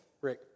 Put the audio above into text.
Rick